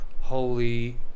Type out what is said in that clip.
holy